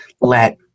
Let